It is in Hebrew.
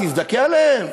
תזדכה עליהם?